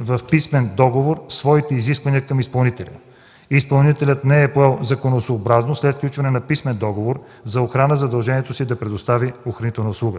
в писмен договор своите изисквания към изпълнителя. Изпълнителят не е поел законосъобразно след сключване на писмен договор за охрана задължението си да предостави охранителна услуга.